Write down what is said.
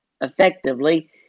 effectively